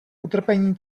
utrpení